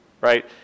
right